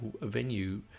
venue